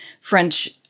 French